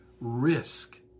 risk